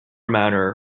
manner